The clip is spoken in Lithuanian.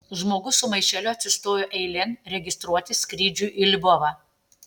žmogus su maišeliu atsistojo eilėn registruotis skrydžiui į lvovą